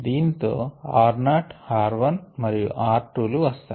దానితో r nought r 1 మరియు r 2 లు వస్తాయి